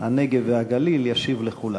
הנגב והגליל ישיב לכולם.